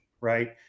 right